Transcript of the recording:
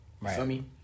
Right